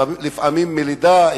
לפעמים מלידה,